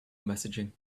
messaging